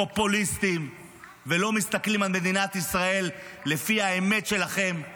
פופוליסטיים ולא מסתכלים על מדינת ישראל לפי האמת שלכם,